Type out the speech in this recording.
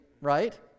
right